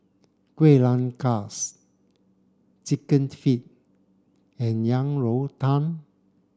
Kuih Rengas chicken feet and Yang Rou Tang